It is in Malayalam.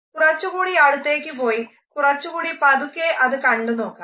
കുറച്ചുകൂടി അടുത്തേയ്ക്ക് പോയി കുറച്ചുകൂടി പതുക്കെ അത് കണ്ടു നോക്കാം